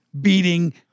beating